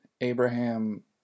Abraham